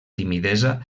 timidesa